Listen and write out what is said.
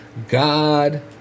God